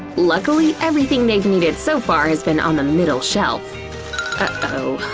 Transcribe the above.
luckily everything they've needed so far has been on the middle shelf. ah oh,